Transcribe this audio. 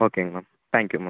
ஓகேங்க ma'am thank you ma'am